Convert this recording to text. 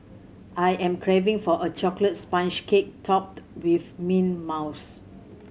I am craving for a chocolate sponge cake topped with mint mousse